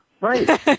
right